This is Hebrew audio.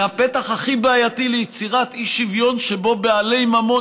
והפתח הכי בעייתי ליצירת אי-שוויון שבו בעלי ממון,